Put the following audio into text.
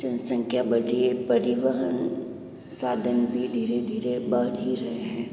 जनसंख्या बढ़ी परिवहन साधन भी धीरे धीरे बढ़ ही रहे है